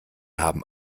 haben